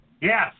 Yes